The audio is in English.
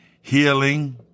healing